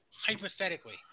hypothetically